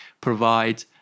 provide